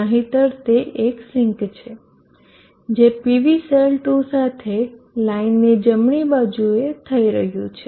નહિંતર તે એક સિંક છે જે PV સેલ 2 સાથે લાઇનની જમણી બાજુએ થઈ રહ્યું છે